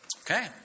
Okay